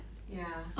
ya